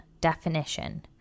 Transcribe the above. definition